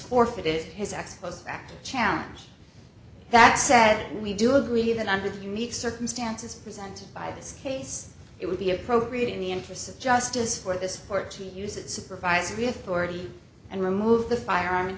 forfeited his act of acting challenge that said we do agree that under the unique circumstances presented by this case it would be appropriate in the interests of justice for this court to use it supervisory authority and remove the firearm